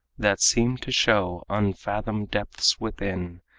that seem to show unfathomed depths within,